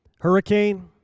Hurricane